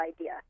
idea